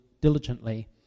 diligently